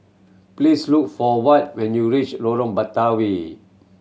please look for Watt when you reach Lorong Batawi